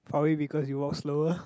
probably because you walk slower